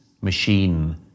machine